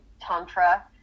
Tantra